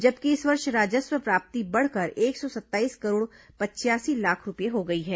जबकि इस वर्ष राजस्व प्राप्ति बढ़कर एक सौ सत्ताईस करोड़ पचयासी लाख रूपये हो गई है